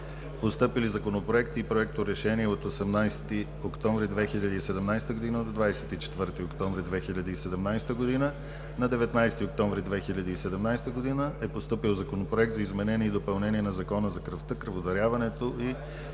Постъпили законопроекти и проекторешения от 18 октомври 2017 г. до 24 октомври 2017 г.: На 19 октомври 2017 г. е постъпил Законопроект за изменение и допълнение на Закона за кръвта, кръводаряването и